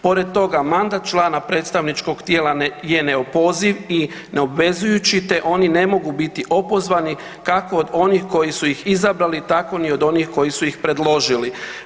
Pored toga, mandat člana predstavničkog tijela je neopoziv i neobvezujući te oni ne mogu biti opozvani, kako od onih koji su ih izabrali, tako od onih koji su ih predložili.